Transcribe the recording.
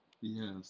yes